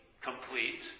complete